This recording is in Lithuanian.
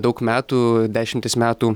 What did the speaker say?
daug metų dešimtis metų